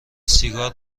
سیگار